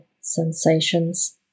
sensations